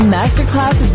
Masterclass